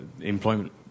employment